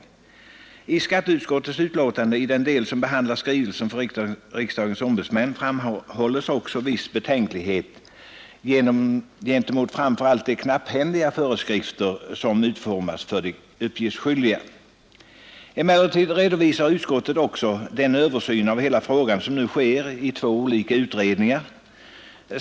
I den del av skatteutskottets betänkande som behandlar skrivelsen från riksdagens ombudsmän framkommer också viss betänksamhet inför framför allt de knapphändiga föreskrifter som uppgiftslämnandet omgärdats med. Emellertid redovisar utskottet också att en översyn av frågan nu sker i två olika utredningar.